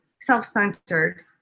self-centered